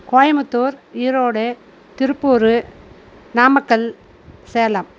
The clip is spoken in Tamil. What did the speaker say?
கோயமுத்தூர் ஈரோடு திருப்பூர் நாமக்கல் சேலம்